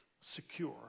secure